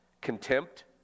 Contempt